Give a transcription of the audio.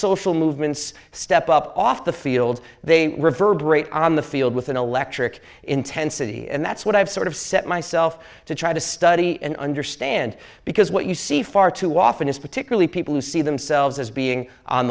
social movements step up off the field they reverberate on the field with an electric intensity and that's what i've sort of set myself to try to study and understand because what you see far too often is particularly people who see themselves as being on